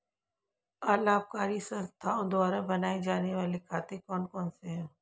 अलाभकारी संस्थाओं द्वारा बनाए जाने वाले खाते कौन कौनसे हैं?